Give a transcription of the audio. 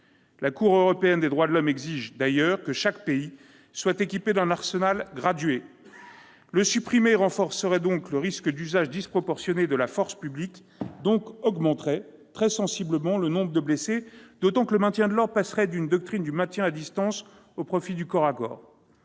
La Cour européenne des droits de l'homme exige que chaque pays soit équipé d'un arsenal gradué. Supprimer le LBD renforcerait donc le risque d'usage disproportionné de la force publique et augmenterait très sensiblement le nombre de blessés, d'autant que le maintien de l'ordre passerait d'une doctrine du maintien à distance au profit du corps à corps.